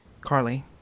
Carly